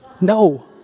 No